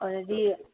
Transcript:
ꯑꯗꯨꯗꯤ